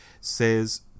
says